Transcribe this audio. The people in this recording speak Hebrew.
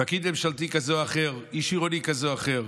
פקיד ממשלתי כזה או אחר, איש עירוני כזה או אחר,